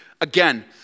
again